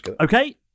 Okay